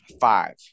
five